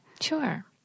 Sure